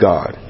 God